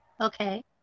Okay